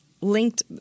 linked